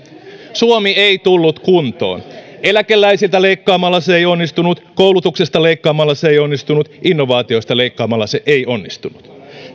suomi ei tullut kuntoon eläkeläisiltä leikkaamalla se ei onnistunut koulutuksesta leikkaamalla se ei onnistunut innovaatioista leikkaamalla se ei onnistunut